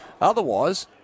Otherwise